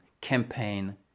campaign